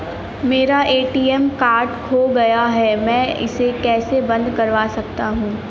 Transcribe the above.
मेरा ATM card खो गया है मैं इसे कैसे बंद करवा सकता हूँ?